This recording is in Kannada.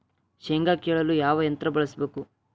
ಶೇಂಗಾ ಕೇಳಲು ಯಾವ ಯಂತ್ರ ಬಳಸಬೇಕು?